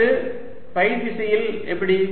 அடுத்து ஃபை திசையில் எப்படி